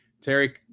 Terry